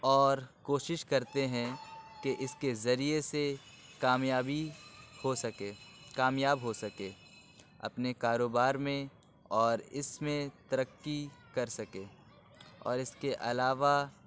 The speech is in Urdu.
اور کوشش کرتے ہیں کہ اِس کے ذریعے سے کامیابی ہو سکے کامیاب ہو سکے اپنے کاروبار میں اور اِس میں ترقی کر سکے اور اِس کے علاوہ